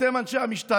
אתם, אנשי המשטרה,